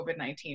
COVID-19